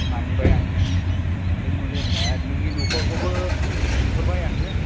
मानिबाय आं नों खनले खनले होनबाय आरो नोंनि न'खरखौबो नुहरबाय आङो